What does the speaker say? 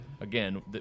again